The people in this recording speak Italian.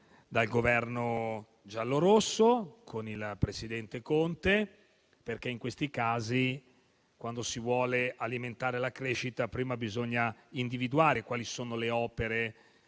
dal Governo giallorosso, con il presidente Conte. In questi casi, infatti, quando si vuole alimentare la crescita, prima bisogna individuare quali sono le opere